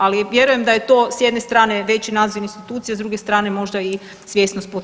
Ali vjerujem da je to s jedne strane veći nadzor institucija, s druge strane možda i svjesnost potrošača.